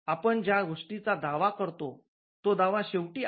आपण ज्या गोष्टीचा दावा करतो तो दावा शेवटी आहे